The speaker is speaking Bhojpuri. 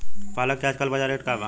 पालक के आजकल बजार रेट का बा?